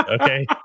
okay